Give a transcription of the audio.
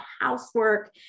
housework